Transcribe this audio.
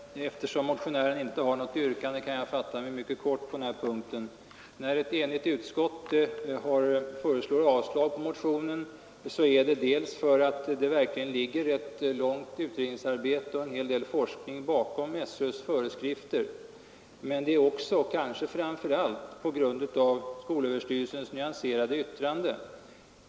Herr talman! Eftersom motionären inte har något yrkande kan jag fatta mig mycket kort på den här punkten. När ett enigt utskott föreslår avslag på motionen, sker det bl.a. därför att det verkligen ligger ett ganska långvarigt utredningsarbete och en hel del forskning bakom skolöverstyrelsens föreskrifter. Men det sker även och kanske framför allt på grund av skolöverstyrelsens nyanserade yttrande.